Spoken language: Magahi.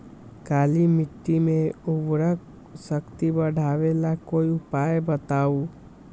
काली मिट्टी में उर्वरक शक्ति बढ़ावे ला कोई उपाय बताउ?